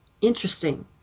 interesting